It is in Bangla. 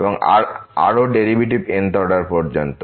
এবং আরও ডেরিভেটিভ n অর্ডার পর্যন্ত